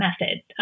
method